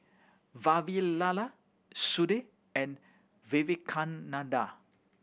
Vavilala Sudhir and Vivekananda